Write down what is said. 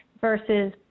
versus